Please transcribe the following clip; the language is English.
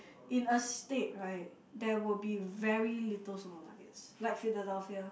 in a state right there will be very little supermarkets like Philadelphia